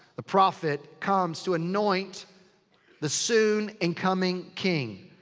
the prophet comes to anoint the soon and coming king.